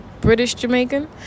British-Jamaican